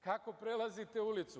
Kako prelazite ulicu?